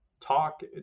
talk